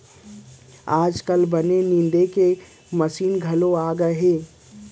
आजकाल बन निंदे के मसीन घलौ आगे हे